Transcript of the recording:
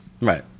Right